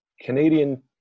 Canadian